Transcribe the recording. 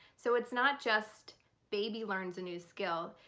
so it's not just baby learns a new skill,